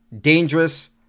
dangerous